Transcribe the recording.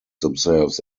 themselves